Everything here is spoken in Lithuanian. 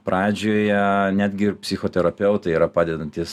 pradžioje netgi ir psichoterapeutai yra padedantys